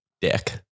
dick